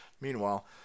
Meanwhile